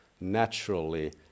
naturally